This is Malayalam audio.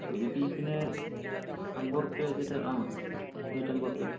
ഒരു പീസിന് അൻപത് റുപ്പിയ വെച്ചിട്ട് ആ നൂറ്റി അൻപത് റുപ്പിയ